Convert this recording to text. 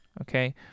okay